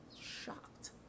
shocked